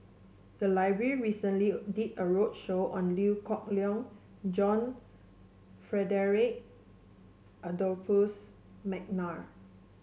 the library recently did a roadshow on Liew Geok Leong John Frederick Adolphus McNair